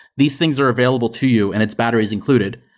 these things are available to you and its batteries included.